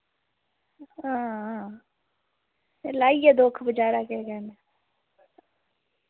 आं लाई गेआ दुक्ख बेचारा केह् करना